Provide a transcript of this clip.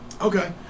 Okay